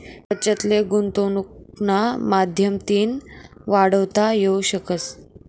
बचत ले गुंतवनुकना माध्यमतीन वाढवता येवू शकस